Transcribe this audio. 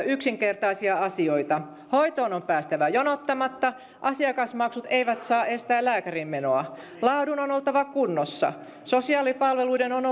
yksinkertaisia asioita hoitoon on päästävä jonottamatta asiakasmaksut eivät saa estää lääkäriinmenoa laadun on oltava kunnossa sosiaalipalveluiden on